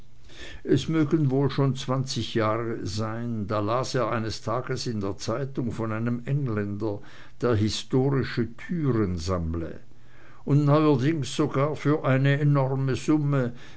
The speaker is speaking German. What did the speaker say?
es mögen nun wohl schon zwanzig jahre sein da las er eines tages in der zeitung von einem engländer der historische türen sammle und neuerdings sogar für eine enorme summe